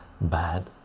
bad